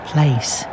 place